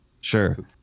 sure